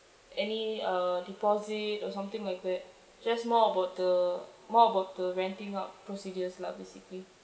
any uh deposit or something like that just more about the more about the renting out procedures lah basically